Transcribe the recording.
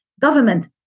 government